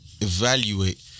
evaluate